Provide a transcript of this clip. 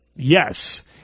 yes